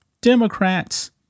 Democrats